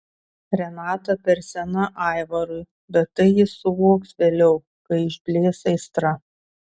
renata per sena aivarui bet tai jis suvoks vėliau kai išblės aistra